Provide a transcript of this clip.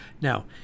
Now